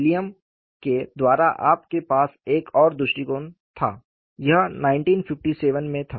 William के द्वारा आपके पास एक और दृष्टिकोण था यह 1957 में था